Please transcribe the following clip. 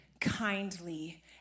kindly